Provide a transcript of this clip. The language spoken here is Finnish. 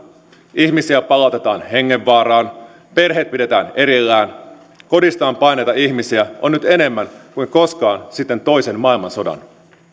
ihmisiä palautetaan hengenvaaraan perheet pidetään erillään kodistaan paenneita ihmisiä on nyt enemmän kuin koskaan sitten toisen maailmansodan